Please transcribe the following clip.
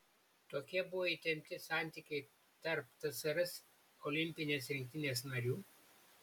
tokie buvo įtempti santykiai tarp tsrs olimpinės rinktinės narių